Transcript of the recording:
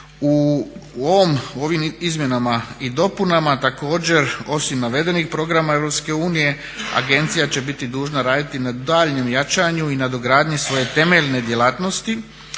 U ovim izmjenama i dopunama također osim navedenih programa Europske unije agencija će biti dužna raditi na daljnjem jačanju i nadogradnji svoje temeljne djelatnosti,